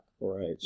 Right